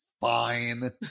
fine